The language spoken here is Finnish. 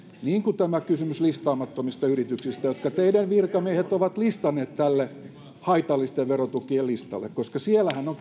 niin kuin tämä kysymys listaamattomista yrityksistä jotka teidän virkamiehenne ovat listanneet tälle haitallisten verotukien listalle koska siellähän on